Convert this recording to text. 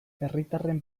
herritarren